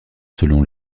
selon